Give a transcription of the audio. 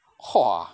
!wah!